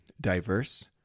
diverse